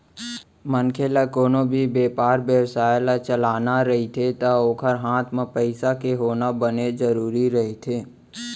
मनखे ल कोनो भी बेपार बेवसाय ल चलाना रहिथे ता ओखर हात म पइसा के होना बने जरुरी रहिथे